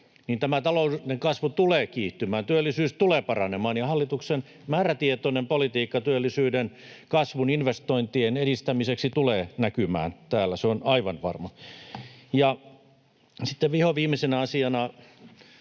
niin tämä talouden kasvu tulee kiihtymään, työllisyys tulee paranemaan ja hallituksen määrätietoinen politiikka työllisyyden kasvun investointien edistämiseksi tulee näkymään täällä. Se on aivan varma. Ja sitten vihoviimeisenä asiana